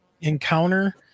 encounter